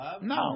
No